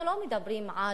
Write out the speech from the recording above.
אנחנו לא מדברים על